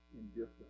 indifference